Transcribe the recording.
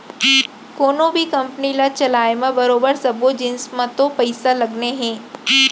कोनों भी कंपनी ल चलाय म बरोबर सब्बो जिनिस म तो पइसा लगने हे